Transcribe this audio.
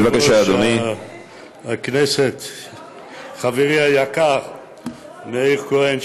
אדוני יושב-ראש הישיבה חברי היקר מאיר כהן,